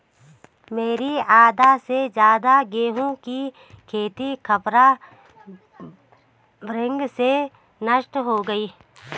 मेरी आधा से ज्यादा गेहूं की खेती खपरा भृंग से नष्ट हो गई